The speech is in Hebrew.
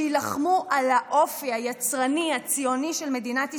שיילחמו על האופי היצרני הציוני של מדינת ישראל.